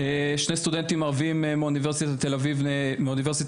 שני סטודנטים ערבים מאוניברסיטה העברית